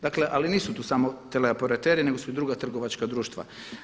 Dakle ali nisu tu samo teleoperateri nego su i druga trgovačka društva.